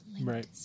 Right